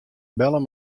belle